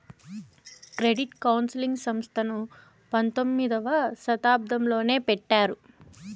credit counselling సంస్థను పంతొమ్మిదవ శతాబ్దంలోనే పెట్టినారు